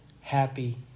happy